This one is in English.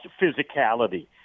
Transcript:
physicality